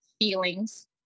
feelings